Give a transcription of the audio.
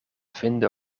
vinden